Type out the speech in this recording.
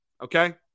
Okay